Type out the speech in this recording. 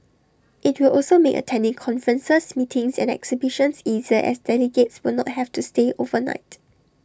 IT will also make attending conferences meetings and exhibitions easier as delegates will not have to stay overnight